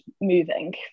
moving